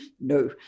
No